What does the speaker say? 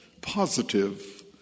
positive